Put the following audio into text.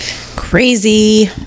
Crazy